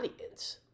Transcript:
audience